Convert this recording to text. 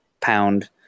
pound